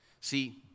See